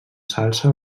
salsa